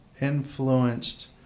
influenced